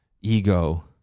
ego